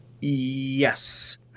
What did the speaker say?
Yes